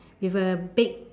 with a big